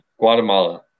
Guatemala